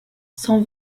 cent